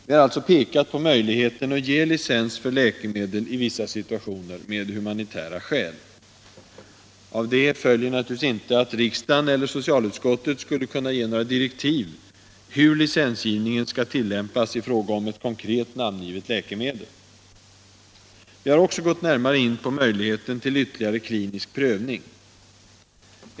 Vi har alltså pekat på möjligheten att ge licens för läkemedel i vissa situationer då humanitära skäl föreligger. Av det följer naturligtvis inte att riksdagen eller socialutskottet skulle kunna ge några direktiv om hur licensgivningen skall tillämpas i fråga om ett konkret namngivet läkemedel. Vi har också gått närmare in på möjligheten till ytterligare klinisk prövning.